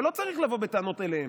אבל לא צריך לבוא בטענות אליהם,